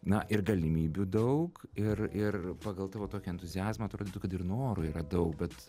na ir galimybių daug ir ir pagal tavo tokį entuziazmą atrodytų kad ir noro yra daug bet